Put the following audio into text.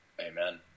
Amen